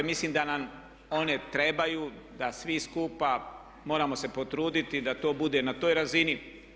Mislim da nam one trebaju da svi skupa moramo se potruditi da to bude na toj razini.